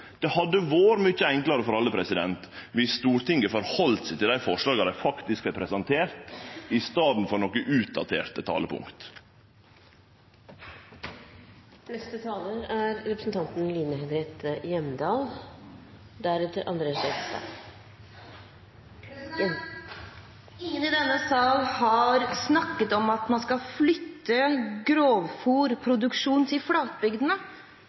Det hadde vore mykje enklare for alle viss Stortinget heldt seg til dei forslaga dei faktisk får presentert, i staden for nokre utdaterte talepunkt. Ingen i denne sal har snakket om at man skal flytte grovfôrproduksjonen til flatbygdene.